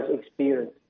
experience